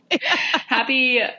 Happy